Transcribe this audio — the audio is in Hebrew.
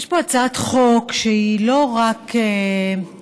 יש פה הצעת חוק שהיא לא רק תיקון,